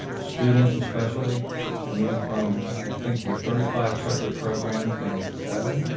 students especially to move from, i think were thirty five separate programs down to seven,